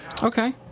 Okay